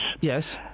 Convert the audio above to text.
Yes